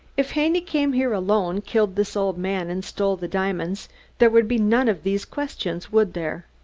if haney came here alone, killed this old man and stole the diamonds there would be none of these questions, would there?